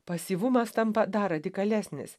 pasyvumas tampa dar radikalesnis